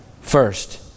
first